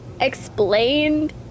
explained